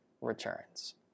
returns